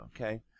okay